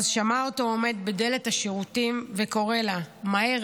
ואז שמעה אותו עומד בדלת השירותים וקורא לה: מהר,